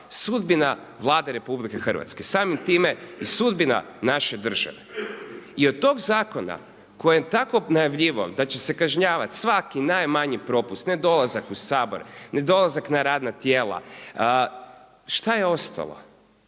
sudbina Vlade Republike Hrvatske samim time i sudbina naše države. I od tog zakona koji je tako najavljivao da će se kažnjavati svaki najmanji propust, nedolazak u Sabor, nedolazak na radna tijela, što je ostalo?